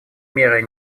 мерой